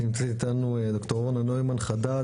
נמצאת איתנו ד"ר אורנה נוימן חדד,